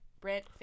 Brent